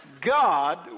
god